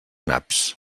naps